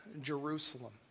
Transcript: Jerusalem